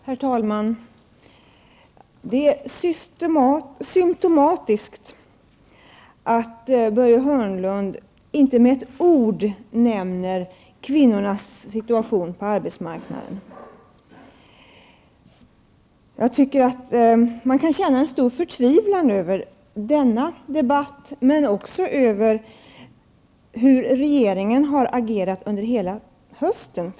Herr talman! Det är symptomatiskt att Börje Hörnlund inte med ett ord nämnde kvinnornas situation på arbetsmarknaden. Man kan känna en stor förtvivlan över denna debatt men också över hur regeringen har agerat under hela hösten.